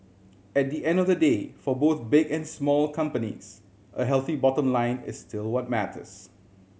at the end of the day for both big and small companies a healthy bottom line is still what matters